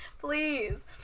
Please